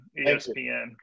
ESPN